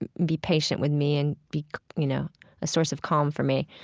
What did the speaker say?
and be patient with me, and be you know a source of calm for me.